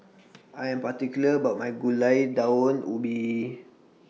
I Am particular about My Gulai Daun Ubi